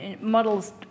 models